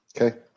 Okay